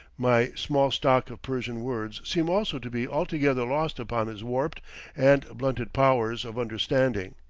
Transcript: my small stock of persian words seems also to be altogether lost upon his warped and blunted powers of understanding,